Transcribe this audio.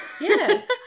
Yes